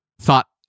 thought